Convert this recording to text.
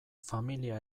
familia